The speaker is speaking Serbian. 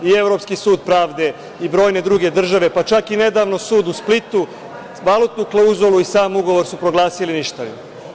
I Evropski sud pravde i brojne druge države, pa čak i nedavno i sud u Splitu, valutnu klauzulu i sam ugovor su proglasili ništavim.